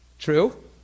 True